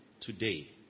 today